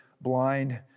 blind